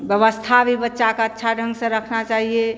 व्यवस्था भी बच्चे की अच्छे ढंग से रखना चाहिए